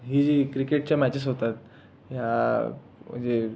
ही जी क्रिकेटच्या मॅचेस होतात ह्या म्हणजे